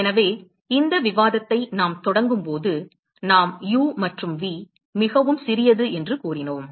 எனவே இந்த விவாதத்தை நாம் தொடங்கும் போது நாம் u மற்றும் v மிகவும் சிறியது என்று கூறினோம்